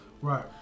Right